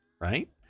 Right